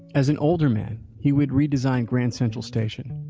as an older man, he would re-design grand central station.